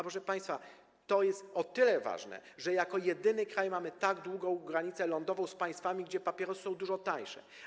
Proszę państwa, to jest o tyle ważne, że jako jedyny kraj mamy tak długą granicę lądową z państwami, gdzie papierosy są dużo tańsze.